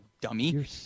dummy